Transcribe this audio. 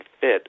fit